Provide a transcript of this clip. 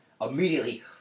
Immediately